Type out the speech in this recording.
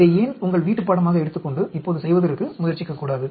இதை ஏன் உங்கள் வீட்டுப்பாடமாக எடுத்துக்கொண்டு இப்போது செய்வதற்கு முயற்சிக்கக்கூடாது